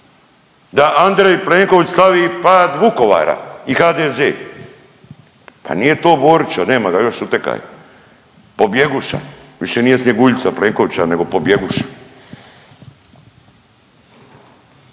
da Andrej Plenković slavi pad Vukovara i HDZ. Pa nije to, Borić nema ga još, uteka je. Pobjeguša! Više nije Snjeguljica Plenkovićeva, nego pobjeguša!